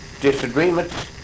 disagreements